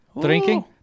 Drinking